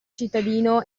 cittadino